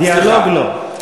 דיאלוג לא.